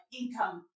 income